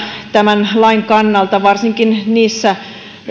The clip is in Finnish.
tämän lain kannalta huolissani tulevaisuudesta varsinkin niissä